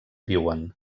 viuen